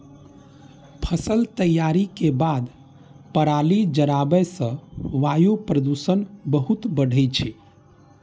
फसल तैयारी के बाद पराली जराबै सं वायु प्रदूषण बहुत बढ़ै छै